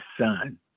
son